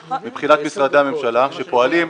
מבחינת משרדי הממשלה שפועלים.